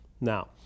Now